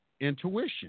intuition